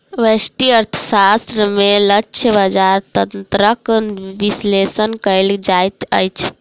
व्यष्टि अर्थशास्त्र में लक्ष्य बजार तंत्रक विश्लेषण कयल जाइत अछि